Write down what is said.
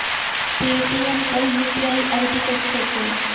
Paytm पर UPI ID कैसे check करें?